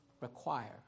require